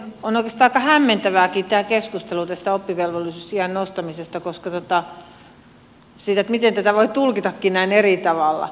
on oikeastaan aika hämmentävääkin tämä keskustelu tästä oppivelvollisuusiän nostamisesta se miten tätä voi tulkitakin näin eri tavalla